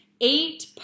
eight